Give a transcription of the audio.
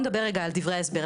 נדבר רגע על דברי ההסבר,